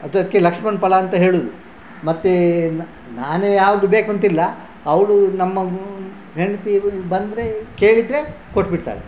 ಅದಕ್ಕೆ ಲಕ್ಷ್ಮಣ ಫಲ ಅಂತ ಹೇಳುವುದು ಮತ್ತು ನಾನೇ ಯಾವಾಗಲೂ ಬೇಕಂತಿಲ್ಲ ಅವಳು ನಮ್ಮ ಹೆಂಡತಿ ಇಲ್ಲ ಬಂದರೆ ಕೇಳಿದರೆ ಕೊಟ್ಬಿಡ್ತಾಳೆ